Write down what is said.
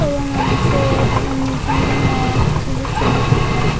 औ आंना मोनसे मिजिं दङ पुलिस जानो थाखाय